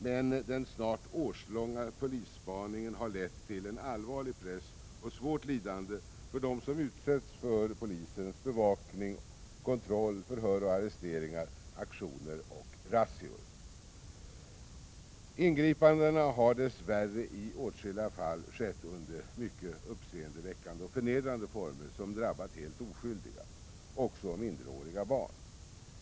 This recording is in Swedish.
Men den snart årslånga polisspaningen har lett till en allvarlig press och svårt lidande för dem som utsatts för polisens bevakning och kontroll, förhör och arresteringar, aktioner och razzior: Ingripandena har dess värre i åtskilliga fall skett under mycket uppseendeväckande förnedrande former som drabbat helt oskyldiga, också minderåriga barn.